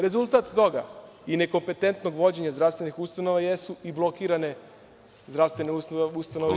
Rezultat toga nekompetentnog vođenja zdravstvenih ustanova jesu i blokirane zdravstvene ustanove…